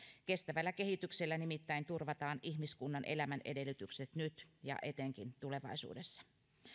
kestävällä kehityksellä nimittäin turvataan ihmiskunnan elämän edellytykset nyt ja etenkin tulevaisuudessa